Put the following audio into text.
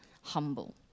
humble